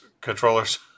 controllers